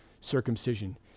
circumcision